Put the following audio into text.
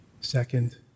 Second